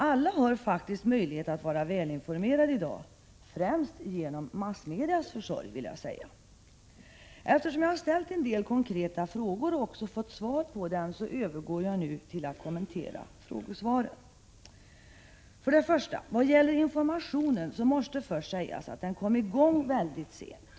Alla har faktiskt möjlighet att vara välinformerade i dag, främst genom massmedias försorg. Eftersom jag har ställt en del konkreta frågor och också fått svar på dem övergår jag nu till att kommentera frågesvaren. 1. Vad gäller informationen måste först sägas att den kom i gång väldigt sent.